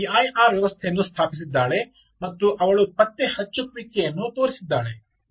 ಅವಳು ಪಿಐಆರ್ ವ್ಯವಸ್ಥೆಯನ್ನು ಸ್ಥಾಪಿಸಿದ್ದಾಳೆ ಮತ್ತು ಅವಳು ಪತ್ತೆಹಚ್ಚುವಿಕೆಯನ್ನು ತೋರಿಸಿದ್ದಾಳೆ